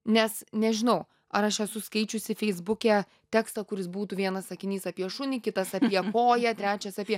nes nežinau ar aš esu skaičiusi feisbuke tekstą kuris būtų vienas sakinys apie šunį kitas apie koją trečias apie